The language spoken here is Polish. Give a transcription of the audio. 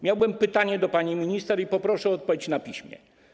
Mam pytanie do pani minister i poproszę o odpowiedź na piśmie.